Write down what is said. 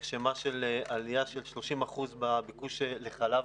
נרשמה עלייה של 30% בביקוש לחלב